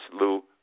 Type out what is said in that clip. Lou